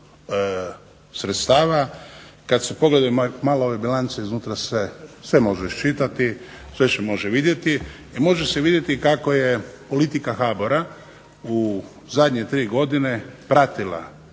sredstava kad se pogledaju malo ove bilance iznutra se sve može iščitati, sve se može vidjeti. I može se vidjeti kako je politika HBOR-a u zadnje 3 godine pratila